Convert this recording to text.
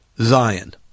Zion